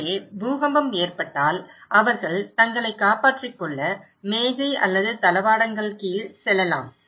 எனவே பூகம்பம் ஏற்பட்டால் அவர்கள் தங்களைக் காப்பாற்றிக் கொள்ள மேசை அல்லது தளவாடங்கள் கீழ் செல்லலாம்